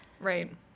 right